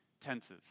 tenses